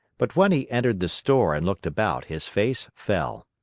but when he entered the store and looked about, his face fell.